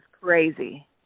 crazy